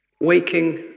waking